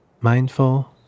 Mindful